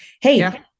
hey